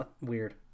weird